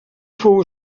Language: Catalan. fou